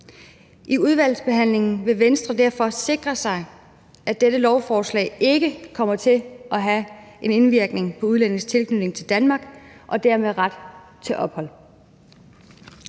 I udvalgsbehandlingen vil Venstre derfor sikre sig, at dette lovforslag ikke kommer til at have en indvirkning på udlændinges tilknytning til Danmark og dermed ret til ophold.